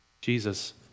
Jesus